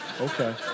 okay